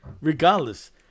regardless